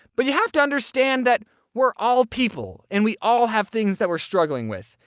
but you have to understand that we're all people, and we all have things that we're struggling with.